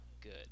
good